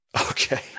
Okay